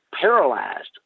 paralyzed